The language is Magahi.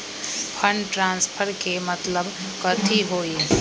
फंड ट्रांसफर के मतलब कथी होई?